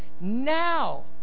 now